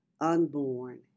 unborn